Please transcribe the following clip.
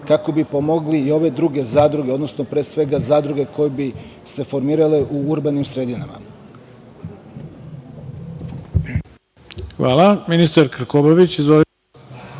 kako bi pomogli i ove druge zadruge, odnosno pre svega zadruge koje bi se formirale u urbanim sredinama?